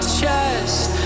chest